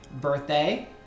birthday